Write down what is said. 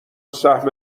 سهم